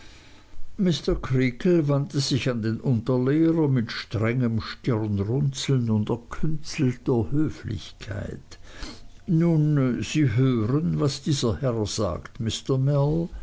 mr creakle wandte sich an den unterlehrer mit strengem stirnrunzeln und erkünstelter höflichkeit nun sie hören was dieser herr sagt